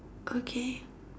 okay